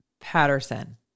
Patterson